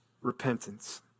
repentance